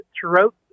throughout